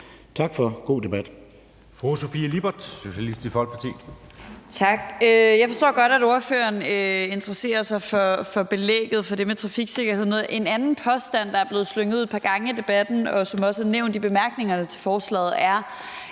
Tak for en god debat.